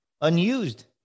unused